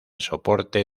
soporte